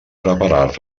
preparar